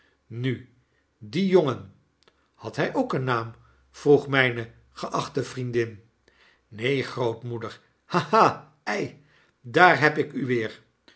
nu die jongen haa hjj ook een naam vroeg myne geachte vriendin neen grootmoe ha ha ei daar heb ik u weer